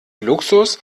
luxus